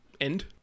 end